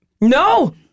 No